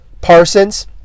Parsons